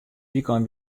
wykein